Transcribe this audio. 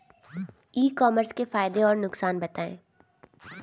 ई commerce के फायदे और नुकसान बताएँ?